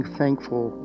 thankful